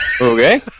Okay